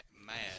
mad